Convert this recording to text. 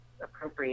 appropriate